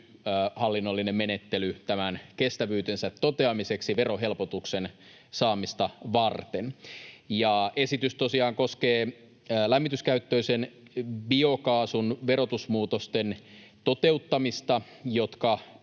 hallinnollinen menettely tämän kestävyytensä toteamiseksi verohelpotuksen saamista varten. Esitys tosiaan koskee lämmityskäyttöisen biokaasun verotusmuutosten toteuttamista, jotka